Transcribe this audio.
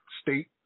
state